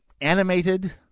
animated